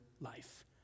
life